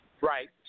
Right